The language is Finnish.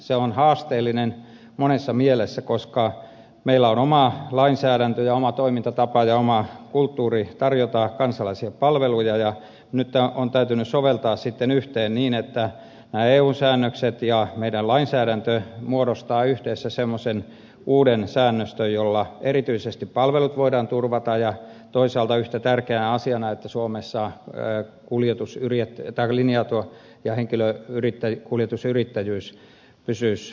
se on haasteellinen monessa mielessä koska meillä on oma lainsäädäntö ja oma toimintatapa ja oma kulttuuri tarjota kansalaisille palveluja ja nyt on täytynyt soveltaa sitten yhteen niin että nämä eu säännökset ja meidän lainsäädäntömme muodostavat yhdessä semmoisen uuden säännöstön jolla erityisesti palvelut voidaan turvata ja toisaalta toteutuu yhtä tärkeänä asiana että suomessa linja auto ja henkilökuljetusyrittäjyys pysyisi pystyssä ja voimissaan